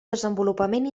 desenvolupament